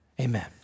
Amen